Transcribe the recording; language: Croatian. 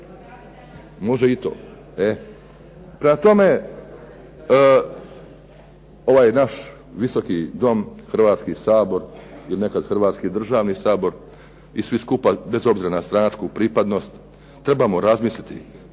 Može i to.